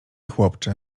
chłopcze